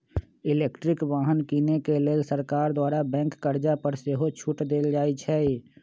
electric वाहन किने के लेल सरकार द्वारा बैंक कर्जा पर सेहो छूट देल जाइ छइ